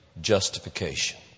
justification